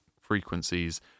frequencies